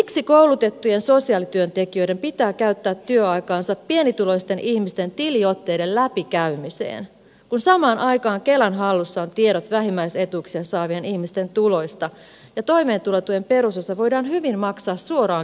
miksi koulutettujen sosiaalityöntekijöiden pitää käyttää työaikaansa pienituloisten ihmisten tiliotteiden läpikäymiseen kun samaan aikaan kelan hallussa on tiedot vähimmäisetuuksia saavien ihmisten tuloista ja toimeentulotuen perusosa voidaan hyvin maksaa suoraan kelasta